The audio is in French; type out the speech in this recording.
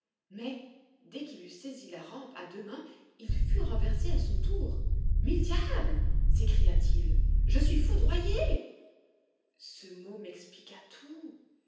mais dès qu'il eut saisi la rampe à deux mains il fut renversé à son tour mille diables s'écria-t-il je suis foudroyé ce mot m'expliqua tout